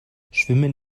schwimmen